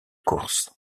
course